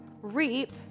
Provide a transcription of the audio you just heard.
reap